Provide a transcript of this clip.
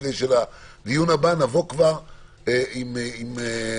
כדי שלדיון הבא נבוא כבר עם הצעה,